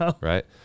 right